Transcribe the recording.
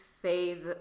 phase